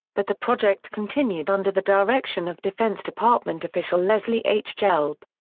but the project continued under the direction of defense department official leslie h. gelb.